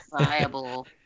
viable